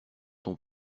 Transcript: ton